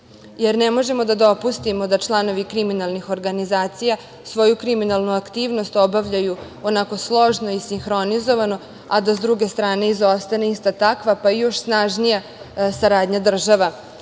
jer ne možemo da dopustimo da članovi kriminalnih organizacija svoju kriminalnu aktivnost obavljaju onako složno i sinhronizovano, a da sa druge strane izostane ista takva, pa još snažnija saradnja država